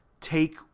take